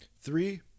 three